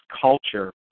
culture